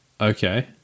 Okay